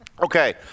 Okay